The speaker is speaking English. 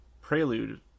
prelude